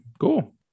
cool